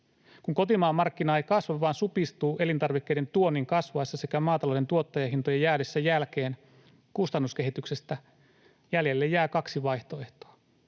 Kun kotimaan markkina ei kasva vaan supistuu elintarvikkeiden tuonnin kasvaessa sekä maatalouden tuottajahintojen jäädessä jälkeen kustannuskehityksestä, jäljelle jää kaksi vaihtoehtoa: